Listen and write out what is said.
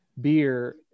beer